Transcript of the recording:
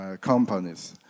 companies